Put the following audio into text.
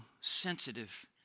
sensitive